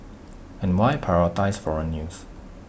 and why prioritise foreign news